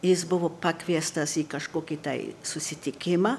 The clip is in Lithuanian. jis buvo pakviestas į kažkokį tai susitikimą